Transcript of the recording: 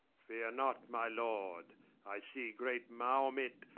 fear not, my lord i see great mahomet,